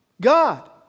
God